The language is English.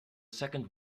second